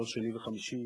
כל שני וחמישי,